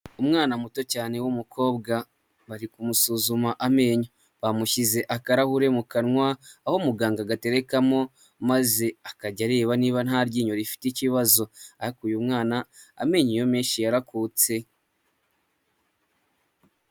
Umwana muto cyane w'umukobwa bari kumusuzuma amenyo, bamushyize akarahure mu kanwa, aho muganga agaterekamo maze akajya areba niba nta ryinyo rifite ikibazo, ariko uyu mwana amenyo ye yose yarakutse.